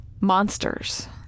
Monsters